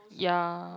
ya